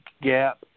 gap